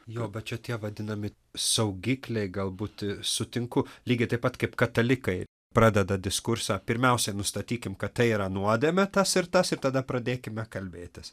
jo bet čia tie vadinami saugikliai galbūt sutinku lygiai taip pat kaip katalikai pradeda diskursą pirmiausia nustatykim kad tai yra nuodėmė tas ir tas ir tada pradėkime kalbėtis